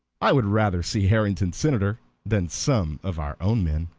i would rather see harrington senator than some of our own men.